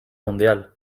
mundial